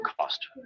cost